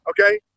okay